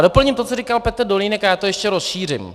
Doplním to, co říkal Petr Dolínek, a ještě to rozšířím.